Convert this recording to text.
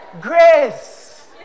Grace